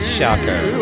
Shocker